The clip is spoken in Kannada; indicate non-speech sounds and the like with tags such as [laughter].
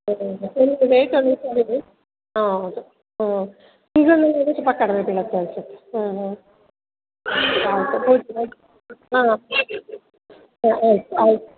[unintelligible] ಹಾಂ ಹೌದು ಹ್ಞೂ [unintelligible] ಸ್ವಲ್ಪ ಕಡಿಮೆ ಬೀಳುತ್ತೆ ಅನಿಸತ್ತೆ ಹ್ಞೂ ಹ್ಞೂ [unintelligible] ಹಾಂ ಹಾಂ ಓಕೆ ಆಯಿತು